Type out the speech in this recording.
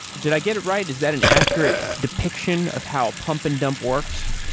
did i get it right? is that an accurate depiction of how pump and dump works?